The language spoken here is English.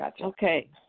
Okay